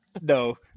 No